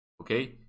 Okay